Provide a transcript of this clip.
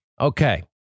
Okay